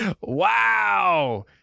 wow